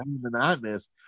monotonous